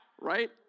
Right